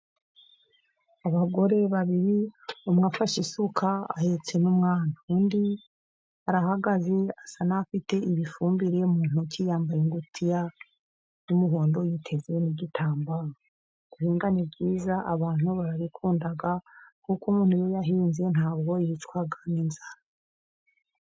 Abagore babiri umwe afashe isuka ahetse n'umwana. Undi arahagaze asa n'ufite ifumbire mu ntoki, yambaye ingutiya y'umuhondo, yiteze n'igitambaro. Guhinga ni byiza abantu barabikunda kuko umuntu iyo yahinze nta bwo yicwa n'inzara.